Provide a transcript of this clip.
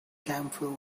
campfire